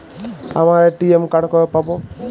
আমার ATM card কবে পাব?